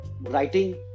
writing